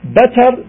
better